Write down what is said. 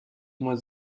muss